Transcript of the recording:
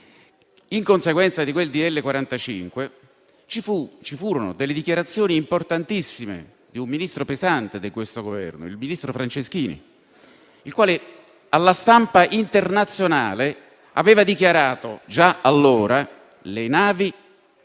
In conseguenza di quel decreto-legge ci furono le dichiarazioni importantissime di un Ministro pesante dell'attuale Governo, il ministro Franceschini, il quale alla stampa internazionale aveva dichiarato, già allora, che,